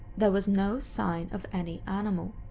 there was no sign of any animal.